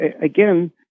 again